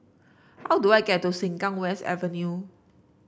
how do I get to Sengkang West Avenue